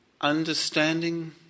understanding